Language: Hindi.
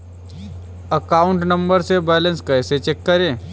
अकाउंट नंबर से बैलेंस कैसे चेक करें?